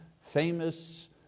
famous